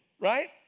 right